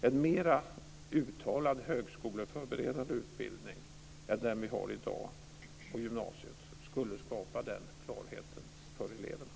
En mera uttalad högskoleförberedande utbildning än den som vi har i dag på gymnasiet skulle skapa den klarheten för eleverna.